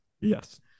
Yes